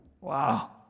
Wow